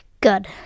Good